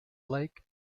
lake